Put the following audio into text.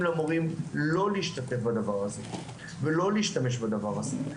למורים לא להשתתף בדבר הזה ולא להשתמש בדבר הזה,